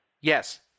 yes